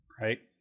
right